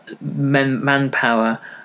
manpower